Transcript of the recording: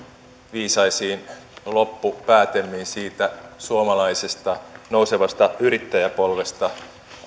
viisaisiin loppupäätelmiin siitä suomalaisesta nousevasta yrittäjäpolvesta